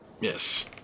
Yes